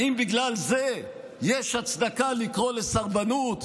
האם בגלל זה יש הצדקה לקרוא לסרבנות?